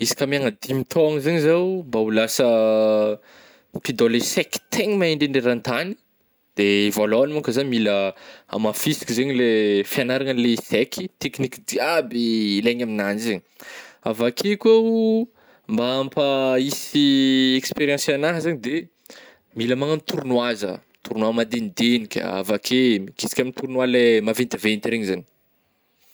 Izy ka amegna dimy taogna zegny zaho mba ho lasa mpidôla echec tegna mahay indrindra eran-tany de voalôgny manko zah mila amafisiko zegny le fiagnaragna le eseky, tekniky jiaby ilaigna amin'anjy i zegny, avy akeo koa oh, mba ampa hisy experience anaha zany de mila magnano tournoi zah, tournoi madignidignika avake mikisaka amin'le tournoi le maventiventy regny zany.